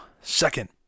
Second